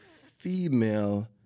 female